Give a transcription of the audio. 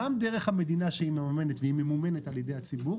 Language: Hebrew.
גם דרך המדינה שהיא מממנת והיא ממומנת על ידי הציבור